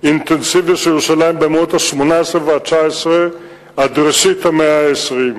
אינטנסיבי של ירושלים במאות ה-18 וה-19 עד ראשית המאה ה-20.